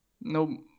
no